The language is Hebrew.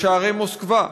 בשערי מוסקבה.